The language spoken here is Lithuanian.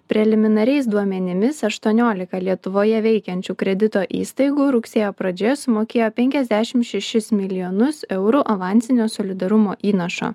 preliminariais duomenimis aštuoniolika lietuvoje veikiančių kredito įstaigų rugsėjo pradžioje sumokėjo penkiasdešim šešis milijonus eurų avansinio solidarumo įnašą